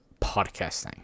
podcasting